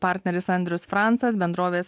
partneris andrius francas bendrovės